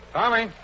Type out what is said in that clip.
Tommy